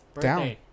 down